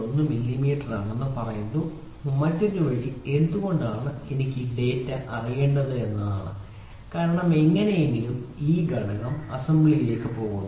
1 മില്ലിമീറ്ററാണെന്ന് പറയാൻ മറ്റൊരു വഴി എന്തുകൊണ്ടാണ് എനിക്ക് ഈ ഡാറ്റ അറിയേണ്ടത് കാരണം എങ്ങനെയെങ്കിലും ഈ ഘടകം അസംബ്ലിക്ക് പോകുന്നു